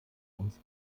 uns